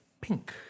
pink